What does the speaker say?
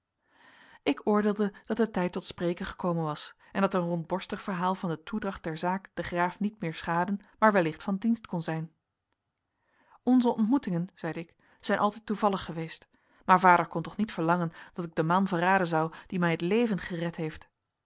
ik oordeelde dat de tijd tot spreken gekomen was en dat een rondborstig verhaal van de toedracht der zaak den graaf niet meer schaden maar wellicht van dienst kon zijn onze ontmoetingen zeide ik zijn altijd toevallig geweest maar vader kon toch niet verlangen dat ik den man verraden zou die mij het leven gered heeft